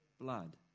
blood